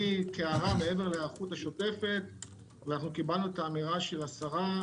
מעבר להיערכות השוטפת אני אומר שקיבלנו את האמירה של השרה,